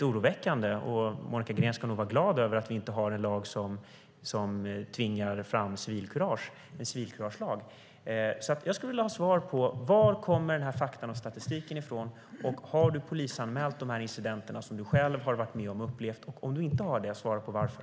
Monica Green ska nog vara glad över att vi inte har en lag som tvingar fram civilkurage, en civilkurageslag. Var kommer dessa fakta och denna statistik ifrån? Har Monica Green polisanmält de incidenter hon själv har upplevt? Om inte, varför?